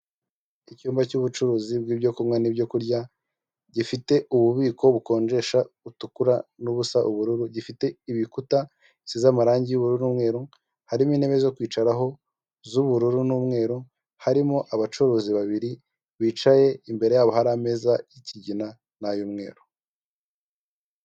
Icyumba cy'ubucuruzi bw'ibyo kunywa n'ibyo kurya, gifite ububiko bukonjesha butukura, n'ubusa ubururu, gifite ibikuta bisize amarangi y'ubururu n'umweru; harimo intebe zo kwicaraho z'ubururu n'umweru, harimo abacuruzi babiri bicaye imbere yabo, hari ameza yikigina n'ay'umweru.